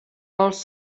els